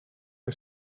que